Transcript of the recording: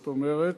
זאת אומרת,